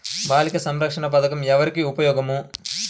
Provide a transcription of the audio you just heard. బాలిక సంరక్షణ పథకం ఎవరికి ఉపయోగము?